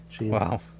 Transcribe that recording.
Wow